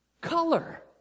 color